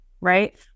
right